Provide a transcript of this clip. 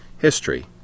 History